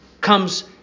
comes